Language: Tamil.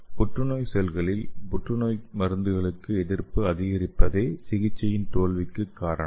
புற்றுநோய் செல்களில் புற்றுநோய் மருந்துகளுக்கு எதிர்ப்பு அதிகரிப்பதே சிகிச்சையின் தோல்விக்குக் காரணம்